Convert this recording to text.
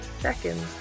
seconds